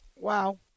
Wow